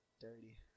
dirty